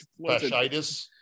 fasciitis